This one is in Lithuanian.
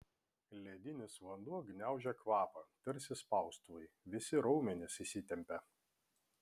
ledinis vanduo gniaužė kvapą tarsi spaustuvai visi raumenys įsitempė